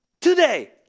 today